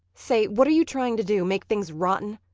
say, what're you trying to do make things rotten?